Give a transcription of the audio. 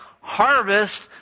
harvest